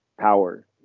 power